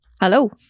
hello